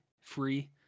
free